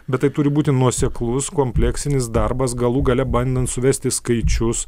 bet tai turi būti nuoseklus kompleksinis darbas galų gale bandant suvesti skaičius